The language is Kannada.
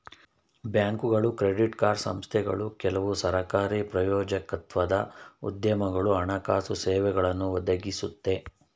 ಬ್ಯಾಂಕ್ಗಳು ಕ್ರೆಡಿಟ್ ಕಾರ್ಡ್ ಸಂಸ್ಥೆಗಳು ಕೆಲವು ಸರಕಾರಿ ಪ್ರಾಯೋಜಕತ್ವದ ಉದ್ಯಮಗಳು ಹಣಕಾಸು ಸೇವೆಗಳನ್ನು ಒದಗಿಸುತ್ತೆ